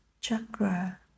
chakra